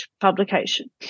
publication